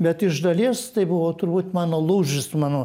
bet iš dalies tai buvo turbūt mano lūžis mano